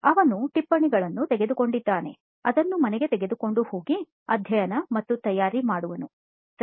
ಅವನು ಟಿಪ್ಪಣಿಗಳನ್ನು ತೆಗೆದುಕೊಂಡಿದ್ದಾನೆ ಅದನ್ನು ಮನೆಗೆ ತೆಗೆದುಕೊಂಡು ಹೋಗಿ ಅಧ್ಯಯನ ಮತ್ತು ತಯಾರಿ ಮಾಡುವನು ಸರಿ